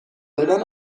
دادن